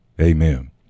amen